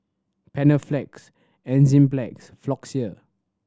Panaflex Enzyplex Floxia